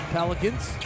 Pelicans